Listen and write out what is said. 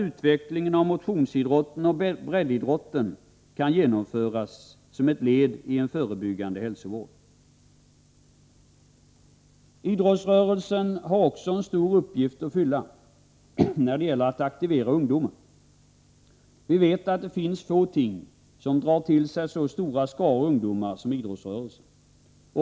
Utvecklingen av motionsidrotten och breddidrotten är viktiga inslag i en förebyggande hälsovård. Idrottsrörelsen har också en stor uppgift att fylla när det gäller att aktivera ungdomen. Vi vet att det finns få ting som drar till sig så stora skaror ungdomar som idrottsrörelsen.